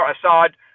Assad